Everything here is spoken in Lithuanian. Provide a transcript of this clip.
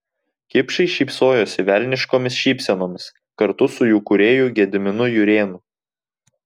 kipšai šypsojosi velniškomis šypsenomis kartu su jų kūrėju gediminu jurėnu